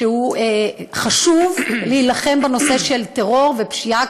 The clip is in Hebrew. שהוא חשוב כדי להילחם בטרור ופשיעה,